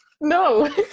no